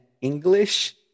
English